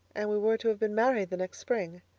and we were to have been married the next spring.